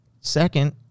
Second